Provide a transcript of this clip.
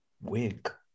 wig